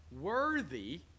Worthy